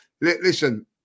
Listen